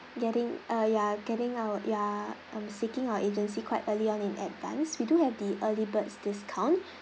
getting uh you are getting our you are um seeking our agency quite early on in advance we do have the early birds discount